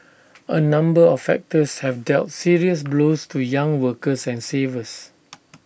A number of factors have dealt serious blows to young workers and savers